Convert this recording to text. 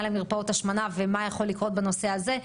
למרפאות השמנה ומה שיכול לקרות בנושא הזה.